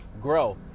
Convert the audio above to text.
grow